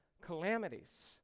calamities